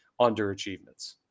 underachievements